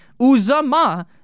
Uzama